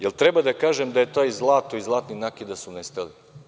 Da li treba da kažem da je to zlato i zlatni nakit da su nestali.